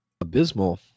abysmal